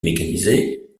mécanisée